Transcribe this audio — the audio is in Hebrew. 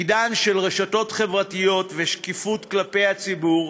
עידן של רשתות חברתיות ושקיפות כלפי הציבור,